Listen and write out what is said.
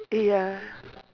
ya